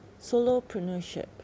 Solopreneurship